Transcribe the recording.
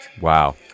Wow